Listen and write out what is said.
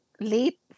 late